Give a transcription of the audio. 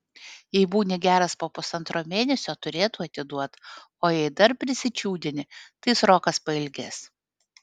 jei būni geras po pusantro mėnesio turėtų atiduot o jei dar prisičiūdini tai srokas pailgės